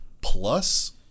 plus